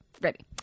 Ready